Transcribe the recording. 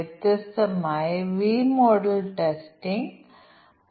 ഇനി നമുക്ക് മറ്റൊരു ഉദാഹരണം നോക്കാം